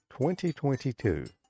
2022